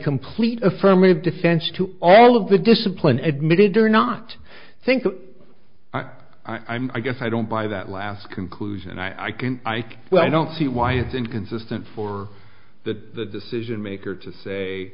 complete affirmative defense to all of the discipline admittedly or not think that i'm i guess i don't buy that last conclusion i can ike well i don't see why it's inconsistent for the decision maker to say